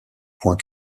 point